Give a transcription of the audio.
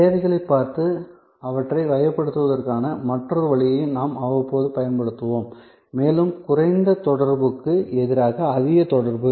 சேவைகளைப் பார்த்து அவற்றை வகைப்படுத்துவதற்கான மற்றொரு வழியையும் நாம் அவ்வப்போது பயன்படுத்துவோம் மேலும் குறைந்த தொடர்புக்கு எதிராக அதிக தொடர்பு